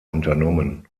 unternommen